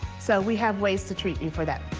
so we have ways to treat you for that.